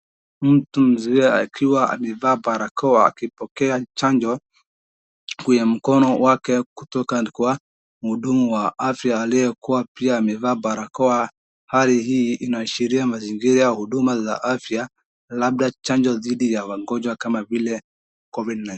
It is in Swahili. Mtu mzee akiwa amevalia barakoa akipokea chanjo kwenye mkono wake kutoka kwa muhudumu wa afya aliyekuwa pia amevaa barakoa. Hali hii inaashiria mazingira ya huduma za afya labda chanjo dhidi ya wagonjwa kama vile covid-19